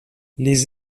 les